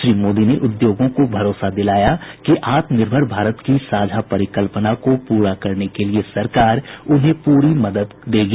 श्री मोदी ने उद्योगों को भरोसा दिलाया कि आत्मनिर्भर भारत की साझा परिकल्पना को पूरा करने के लिए सरकार उन्हें पूरी मदद देगी